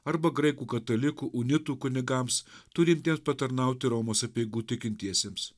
arba graikų katalikų unitų kunigams turintiems patarnauti romos apeigų tikintiesiems